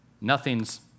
nothing's